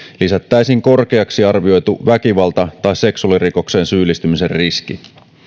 lisättäisiin korkeaksi arvioitu väkivalta tai seksuaalirikokseen syyllistymisen riski